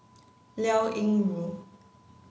Liao Yingru